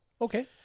okay